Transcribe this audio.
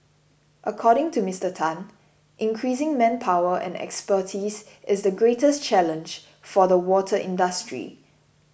according to Mr Tan increasing manpower and expertise is the greatest challenge for the water industry